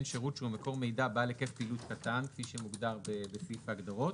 שירות שהוא מקור מידע בעל היקף פעילות קטן - כפי שמוגדר בסעיף ההגדרות